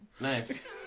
Nice